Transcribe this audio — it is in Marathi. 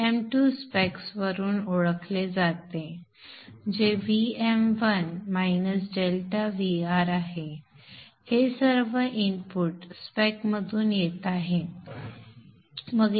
Vm2 स्पेकवरून ओळखले जाते जे Vm1 ∆Vr आहे हे सर्व इनपुट स्पेक मधून येत आहेत